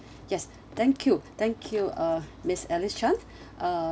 yes thank you thank you uh miss alice chan uh